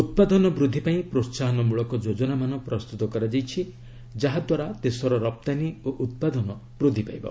ଉତ୍ପାଦନ ବୃଦ୍ଧି ପାଇଁ ପ୍ରୋସାହନ ମୂଳକ ଯୋଜନାମାନ ପ୍ରସ୍ତୁତ କରାଯାଇଛି ଯାହା ଦ୍ୱାରା ଦେଶର ରାପ୍ତାନୀ ଓ ଉତ୍ପାଦନ ବୃଦ୍ଧି ପାଇବ